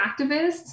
activists